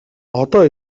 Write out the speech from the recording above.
одоо